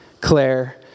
Claire